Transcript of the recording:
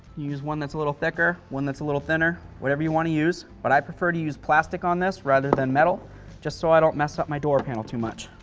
use one that's a little thicker, one that's a little thinner, whatever you want to use, but i prefer to use plastic on this rather than metal just so i don't mess up my door panel too much.